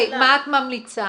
מה את ממליצה?